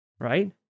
right